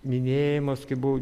minėjimas kai buvo